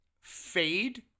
fade